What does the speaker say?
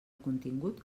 contingut